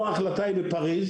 פה ההחלטה היא בפריז,